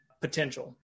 potential